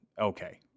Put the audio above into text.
Okay